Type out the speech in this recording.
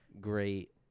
great